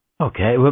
Okay